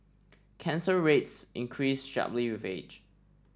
cancer rates increase sharply with age